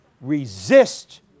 resist